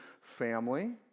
family